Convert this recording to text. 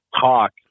talk